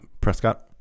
Prescott